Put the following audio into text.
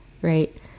right